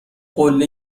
قله